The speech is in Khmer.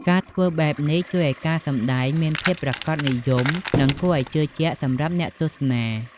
ការធ្វើបែបនេះជួយឱ្យការសម្ដែងមានភាពប្រាកដនិយម និងគួរឲ្យជឿជាក់សម្រាប់អ្នកទស្សនា។